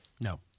No